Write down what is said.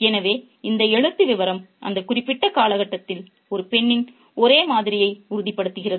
எனவே இந்த எழுத்து விவரம் அந்த குறிப்பிட்ட காலகட்டத்தின் ஒரு பெண்ணின் ஒரே மாதிரியை உறுதிப்படுத்துகிறது